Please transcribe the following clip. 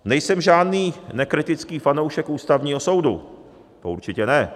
Nejsem žádný nekritický fanoušek Ústavního soudu, to určitě ne.